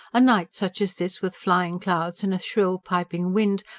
a night such as this, with flying clouds and a shrill, piping wind,